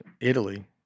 italy